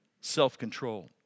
self-control